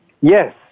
Yes